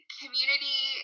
community